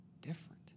different